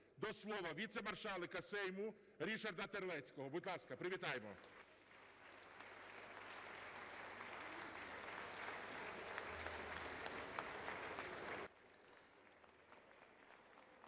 до слова Віце-маршалка Сейму Ришарда Терлецького. Будь ласка, привітаємо.